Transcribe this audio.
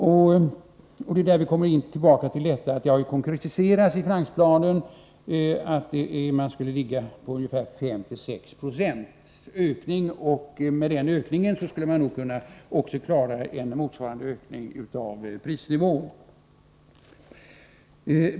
Jag vill då komma tillbaka till att det i finansplanen har konkretiserats att likviditetsökningen skulle ligga på 5-6 26 och att man därmed skulle kunna klara en motsvarande ökning av prisnivån.